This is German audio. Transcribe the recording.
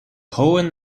hohen